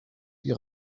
die